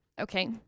Okay